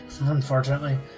unfortunately